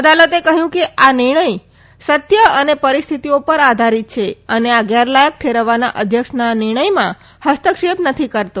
અદાલતે કહ્યુ કે આ નિર્ણય સત્ય એન પરિસ્થિતિઓ પર આધારિત છે અને આ ગેરલાયક ઠેરવવાના અધ્યક્ષના નિર્ણયમાં ફસ્તક્ષેપ નથી કરતો